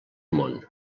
món